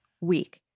Week